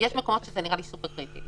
יש מקומות שזה נראה לי סופר קריטי.